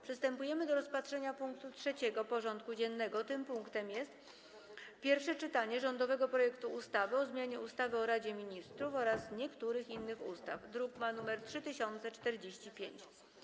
Przystępujemy do rozpatrzenia punktu 3. porządku dziennego: Pierwsze czytanie rządowego projektu ustawy o zmianie ustawy o Radzie Ministrów oraz niektórych innych ustaw (druk nr 3045)